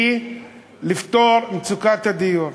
והיא לפתור את מצוקת הדיור.